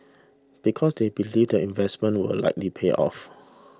because they believe the investment will likely pay off